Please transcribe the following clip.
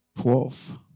twelve